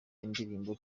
indirimbo